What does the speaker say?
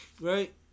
Right